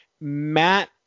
matt